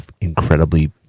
incredibly